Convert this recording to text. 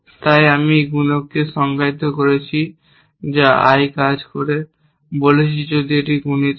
তাই আমি একটি গুণককে সংজ্ঞায়িত করছি যা I কাজ করে বলছি যে যদি গুণিত হয়